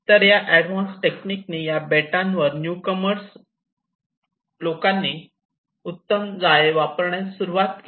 तर या advance technique नी या बेटांवर न्यू कमर्स उत्तम जाळे वापरण्यास सुरवात केली